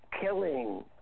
killing